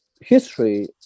history